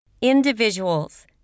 Individuals